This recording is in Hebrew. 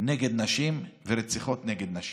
נגד נשים ורציחות של נשים.